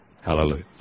Hallelujah